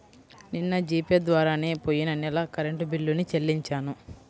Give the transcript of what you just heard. నిన్న G pay ద్వారానే పొయ్యిన నెల కరెంట్ బిల్లుని చెల్లించాను